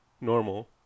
normal